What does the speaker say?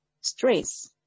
stress